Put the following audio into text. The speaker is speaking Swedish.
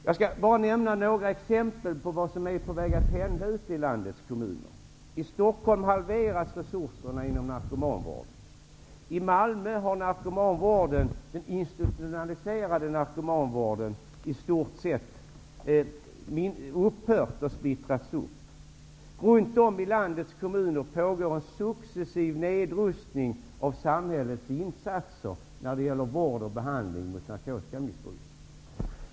Jag tänker nämna några exempel på vad som är på väg att hända i landets kommuner. I Stockholm halveras resurserna inom narkomanvården. I Malmö har den institutionaliserade narkomanvården splittrats upp och i stort upphört. Runt om i landets kommuner pågår en successiv nedrustning av samhällets insatser när det gäller vård och behandling av narkomaner.